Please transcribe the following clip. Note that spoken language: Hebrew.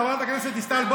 חברת הכנסת דיסטל,